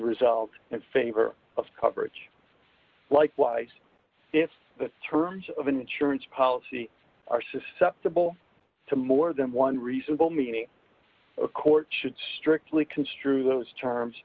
resolved in favor of coverage likewise if the terms of an insurance policy are susceptible to more than one reasonable meaning a court should strictly construe those terms